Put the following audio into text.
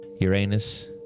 Uranus